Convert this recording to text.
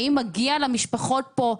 האם מגיע למשפחות פה,